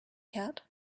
cat